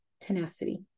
tenacity